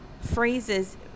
phrases